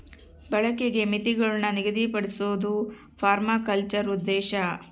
ಬಳಕೆಗೆ ಮಿತಿಗುಳ್ನ ನಿಗದಿಪಡ್ಸೋದು ಪರ್ಮಾಕಲ್ಚರ್ನ ಉದ್ದೇಶ